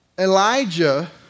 Elijah